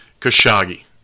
Khashoggi